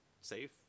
safe